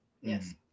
Yes